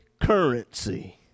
currency